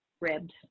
ribbed